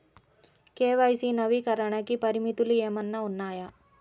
KYC నవీకరణకి పరిమితులు ఏమన్నా ఉన్నాయా?